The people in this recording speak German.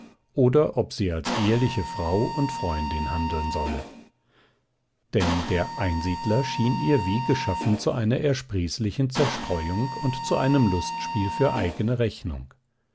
oder ob sie als ehrliche frau und freundin handeln solle denn der einsiedler schien ihr wie geschaffen zu einer ersprießlichen zerstreuung und zu einem lustspiel für eigene rechnung